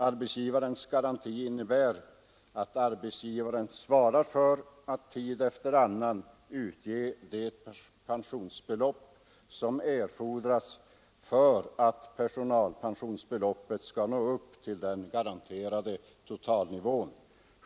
Arbetsgivarens garanti innebär att arbetsgivaren svarar för att tid efter annan utge det personalpensionsbelopp som erfordras för att pensionen skall nå upp till den garanterade totalnivån.